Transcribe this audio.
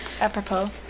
Apropos